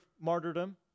martyrdom